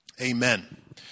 Amen